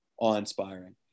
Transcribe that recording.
awe-inspiring